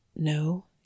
No